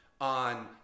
on